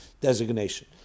designation